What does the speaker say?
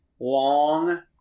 long